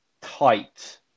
tight